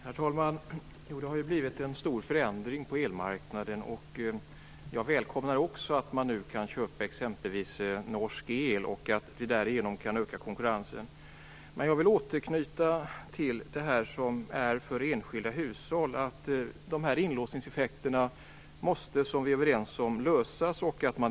Herr talman! Det har skett en stor förändring på elmarknaden. Jag välkomnar också att man nu kan köpa exempelvis norsk el, och att vi därigenom kan öka konkurrensen. Men jag vill återknyta till det som gäller för de enskilda hushållen. Inlåsningseffekterna måste lösas, precis som vi var överens om.